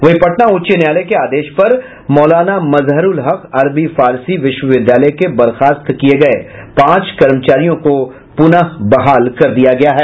वहीं पटना उच्च न्यायालय के आदेश पर मौलाना मजहरूल हक अरबी फारसी विश्वविद्यालय के बर्खास्त किये गये पांच कर्मचारियों को पुनः बहाल कर दिया गया है